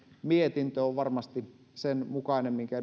mietintö on varmasti sen mukainen minkä